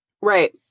Right